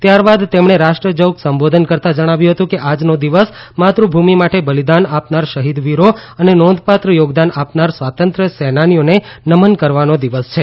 ત્યારબાદ તેમણે રાષ્ટ્રજોગ સંબોધન કરતાં જણાવ્યું હતું કે આજનો દિવસ માતૃભુમિ માટે બલિદાન આપનાર શહિદવીરો અને નોંધપાત્ર યોગદાન આપનાર સ્વાતંત્ય સેનાનીઓને નમન કરવાનો દિવસ છે